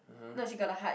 (uh huh)